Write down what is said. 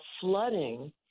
flooding